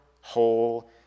whole